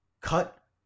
cut